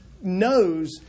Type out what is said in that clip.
knows